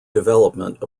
development